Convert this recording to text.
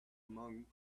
among